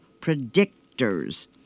predictors